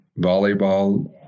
volleyball